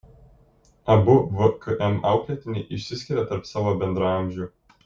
abu vkm auklėtiniai išsiskiria tarp savo bendraamžių